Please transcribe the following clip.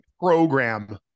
program